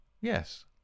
Yes